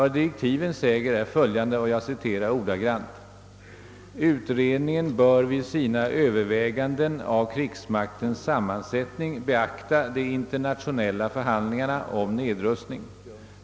Direktiven säger följande: »Utredningen bör vid sina överväganden av krigsmaktens sammansättning beakta de internationella förhandlingarna om nedrustning.